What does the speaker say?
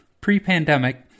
pre-pandemic